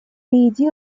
иди